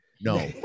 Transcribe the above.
no